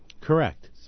Correct